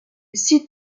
site